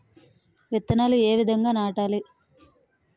విత్తనాలు ఏ విధంగా నాటాలి?